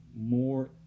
more